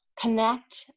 connect